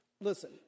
Listen